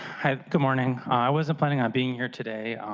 good morning, i wasn't planning on being here today,